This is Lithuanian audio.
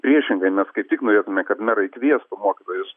priešingai mes kaip tik norėtume kad merai kviestų mokytojus